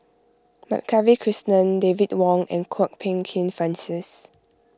Madkavi Krishnan David Wong and Kwok Peng Kin Francis